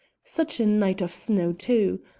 such a night of snow too!